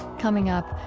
coming up,